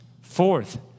Fourth